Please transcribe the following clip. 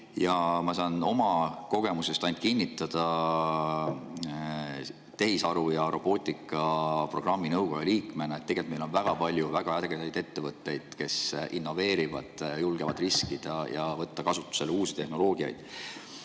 Ma saan oma kogemusest ainult kinnitada tehisaru ja robootika programmi nõukoja liikmena, et tegelikult meil on väga palju väga ägedaid ettevõtteid, kes innoveerivad, julgevad riskida ja võtta kasutusele uusi tehnoloogiaid.